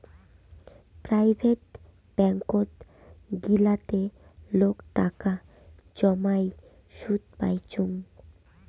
private ব্যাঙ্কত গিলাতে লোক টাকা জমাই সুদ পাইচুঙ